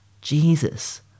Jesus